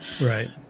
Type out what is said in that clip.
Right